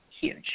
huge